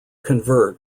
convert